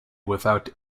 without